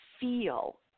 feel